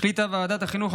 החליטה ועדת החינוך,